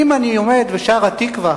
אם אני עומד ושר "התקווה",